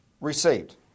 received